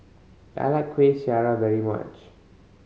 I like Kueh Syara very much